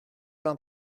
vingt